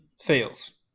fails